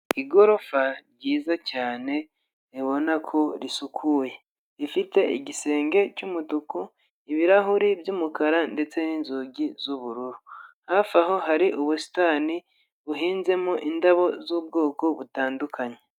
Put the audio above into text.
Igorofa ryiza cyane ribona ko risukuye, rifite igisenge cy'umutuku, ibirahuri by'umukara ndetse n'inzugi z'ubururu, hafi aho hari ubusitani buhinzemo indabo z'ubwoko butandukanye.